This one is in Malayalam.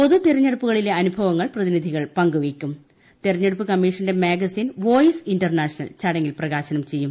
പൊതുപ്പുക്കിരഞ്ഞെടുപ്പുകളിലെ അനുഭവങ്ങൾ പ്രതിനിധികൾ പങ്കുവയ്ക്കും തിരഞ്ഞെടുപ്പ് കമ്മിഷന്റെ മാഗസിൻ വോയിസ് ഇന്റർനാഷണൽ ചടങ്ങിൽ പ്രകാശനം ചെയ്യും